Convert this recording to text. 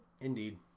Indeed